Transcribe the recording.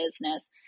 business